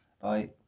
Bye